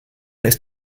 ist